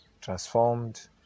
transformed